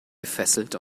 gefesselt